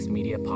Media